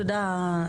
תודה,